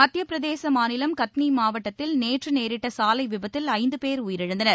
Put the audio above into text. மத்தியப்பிரதேச மாநிலம் கத்னி மாவட்டத்தில் நேற்று நேரிட்ட சாலை விபத்தில் ஐந்து பேர் உயிரிழந்தனர்